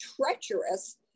treacherous